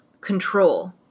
Control